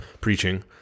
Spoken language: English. preaching